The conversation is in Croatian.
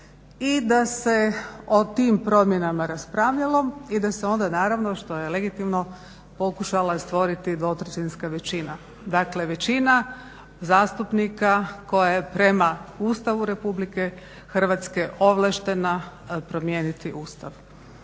i da se o tim promjenama raspravljalo i da se onda naravno što je legitimno pokušala stvoriti dvotrećinska većina, dakle većina zastupnika koje prema Ustavu RH ovlaštena promijeniti Ustav